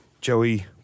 Joey